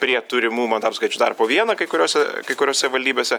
prie turimų mandatų skaičių dar po vieną kai kuriose kai kuriose savivaldybėse